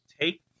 take